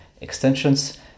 extensions